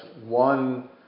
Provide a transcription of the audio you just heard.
one